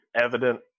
evident